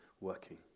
working